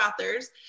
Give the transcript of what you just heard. authors